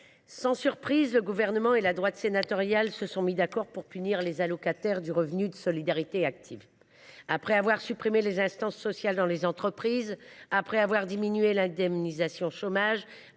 sans surprise, le Gouvernement et la droite sénatoriale se sont mis d’accord pour punir les allocataires du revenu de solidarité active. Après avoir supprimé les instances sociales dans les entreprises, après avoir diminué l’indemnisation du chômage,